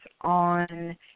on